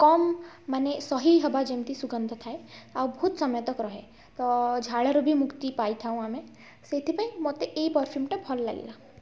କମ୍ ମାନେ ସହି ହେବା ଯେମିତି ସୁଗନ୍ଧ ଥାଏ ଆଉ ବହୁତ ସମୟତକ୍ ରୁହେ ତ ଝାଳରୁ ବି ମୁକ୍ତି ପାଇଥାଉ ଆମେ ସେଇଥିପାଇଁ ମୋତେ ଏଇ ପର୍ଫ୍ୟୁମ୍ଟା ଭଲ ଲାଗିଲା